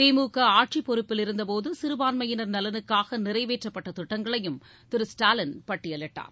திமுக ஆட்சி பொறுப்பில் இருந்தபோது சிறுபான்மையினர் நலனுக்காக நிறைவேற்றப்பட்ட திட்டங்களையும் திரு ஸ்டாலின் பட்டியலிட்டார்